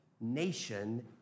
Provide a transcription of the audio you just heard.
nation